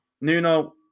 Nuno